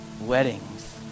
weddings